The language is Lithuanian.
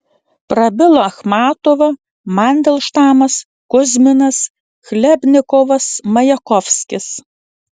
prabilo achmatova mandelštamas kuzminas chlebnikovas majakovskis